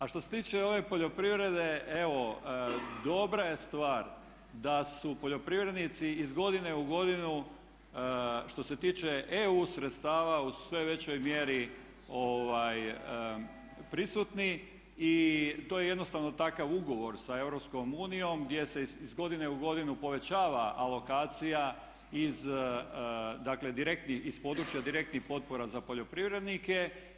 A što se tiče ove poljoprivrede evo dobra je stvar da su poljoprivrednici iz godine u godinu što se tiče EU sredstava u sve većoj mjeri prisutni i to je jednostavno takav ugovor sa EU jer se iz godine u godinu povećava alokacija iz područja direktnih potpora za poljoprivrednike.